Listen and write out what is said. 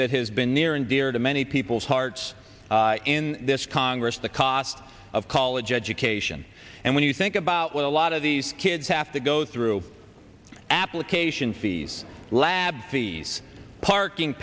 that has been near and dear to many people's hearts in this congress the cost of college education and when you think about what a lot of these kids have to go through application fees lab fees parking